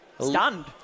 Stunned